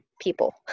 people